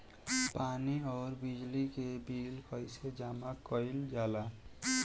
पानी और बिजली के बिल कइसे जमा कइल जाला?